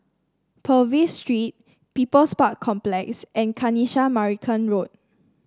Purvis Street People's Park Complex and Kanisha Marican Road